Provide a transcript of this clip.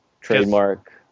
trademark